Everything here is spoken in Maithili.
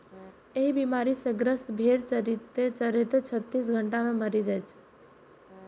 एहि बीमारी सं ग्रसित भेड़ चरिते चरिते छत्तीस घंटा मे मरि जाइ छै